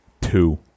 Two